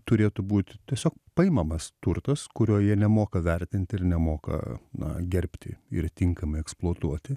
turėtų būt tiesiog paimamas turtas kurio jie nemoka vertint ir nemoka na gerbti ir tinkamai eksploatuoti